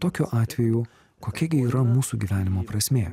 tokiu atveju kokia gi yra mūsų gyvenimo prasmė